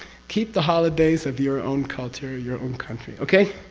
keep the holidays of your own culture your own country. okay?